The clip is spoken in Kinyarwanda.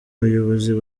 bayobozi